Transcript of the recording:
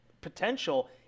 potential